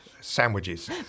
sandwiches